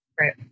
Right